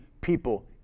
people